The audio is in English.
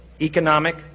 economic